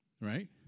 right